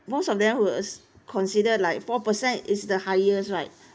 most of them was consider like four percent is the highest right